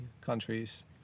countries